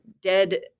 dead